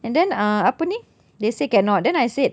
and then uh apa ni they say cannot then I said